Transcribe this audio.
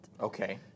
Okay